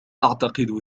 أعتقد